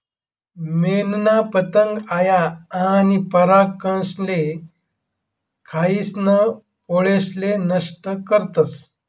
मेनना पतंग आया आनी परागकनेसले खायीसन पोळेसले नष्ट करतस